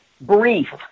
brief